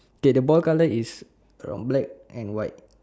K the ball colour is from black and white